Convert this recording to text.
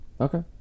Okay